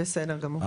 בסדר גמור.